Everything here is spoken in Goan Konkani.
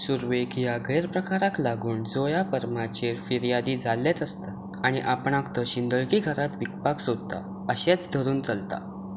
सुरवेक ह्या गैरप्रकाराक लागून झोया परमाचेर फिर्योज जाल्लेंच आसता आनी आपणाक तो शिंदळकी घरांत विकपाक सोदता अशेंच धरून चलता